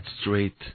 straight